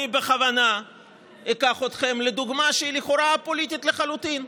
בכוונה אקח אתכם לדוגמה שהיא לכאורה א-פוליטית לחלוטין.